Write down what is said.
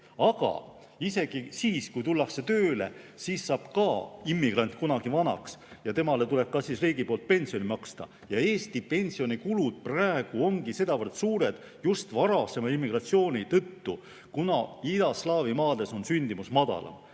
Aga isegi siis, kui tullakse tööle, saab ka immigrant kunagi vanaks ja temale tuleb ka riigil pensioni maksta. Eesti pensionikulud praegu ongi sedavõrd suured just varasema immigratsiooni tõttu, kuna idaslaavi maades on sündimus madalam